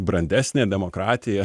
brandesnė demokratija